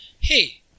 hey